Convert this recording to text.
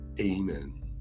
Amen